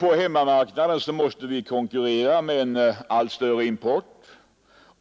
På hemmamarknaden måste vi konkurrera med en allt större import,